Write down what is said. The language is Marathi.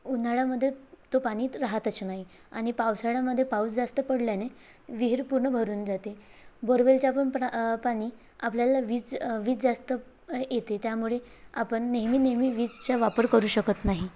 उन्हाळ्यामधे तो पाणी राहातच नाही आणि पावसाळ्यामध्ये पाऊस जास्त पडल्याने विहीर पूर्ण भरून जाते बोरवेलच्या पण प्र पाणी आपल्याला वीज वीज जास्त येते त्यामुळे आपण नेहमी नेहमी वीजचा वापर करू शकत नाही